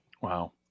Wow